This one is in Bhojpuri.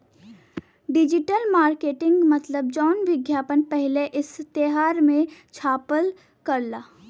डिजिटल मरकेटिंग मतलब जौन विज्ञापन पहिले इश्तेहार मे छपल करला